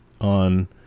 on